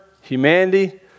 humanity